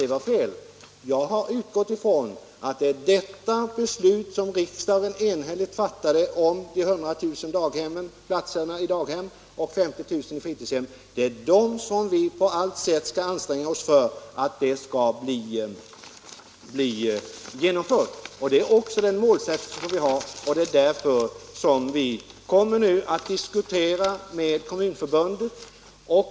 Jag har utgått ifrån att vi på allt sätt skall anstränga oss för att genomföra detta beslut som riksdagen enhälligt fattade om 100 000 platser i daghem och 50 000 platser i fritidshem. Det är också den målsättning som vi har, och det är därför som vi nu kommer att diskutera med Kommunförbundet.